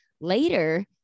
later